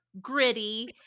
gritty